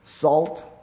salt